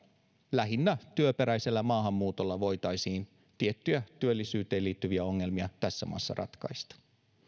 lähinnä työperäisellä maahanmuutolla voitaisiin tiettyjä työllisyyteen liittyviä ongelmia tässä maassa ratkaista